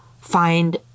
find